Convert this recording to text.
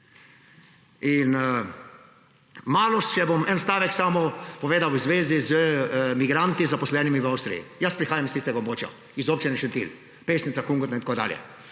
Samo še en stavek bom povedal v zvezi z migranti, zaposlenimi v Avstriji. Prihajam s tistega območja, iz občine Šentilj, Pesnica, Kungota in tako dalje.